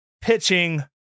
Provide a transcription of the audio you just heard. pitching